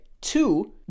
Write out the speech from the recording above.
Two